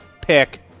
pick